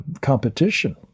competition